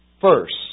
first